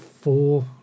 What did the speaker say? four